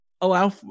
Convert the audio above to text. Allow